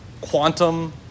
quantum